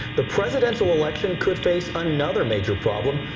the presidential election could face another major problem,